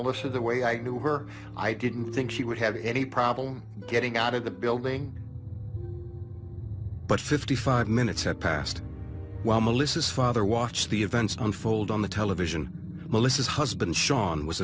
melissa the way i knew her i didn't think she would have any problem getting out of the building but fifty five minutes had passed while melissa's father watched the events unfold on the television melissa's husband sean was